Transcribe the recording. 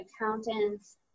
accountants